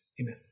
amen